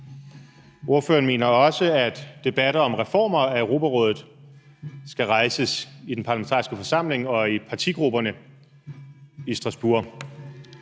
ordføreren mener også, at debatter om reformer af Europarådet skal rejses i den parlamentariske forsamling og i partigrupperne i Strasbourg.